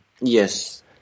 Yes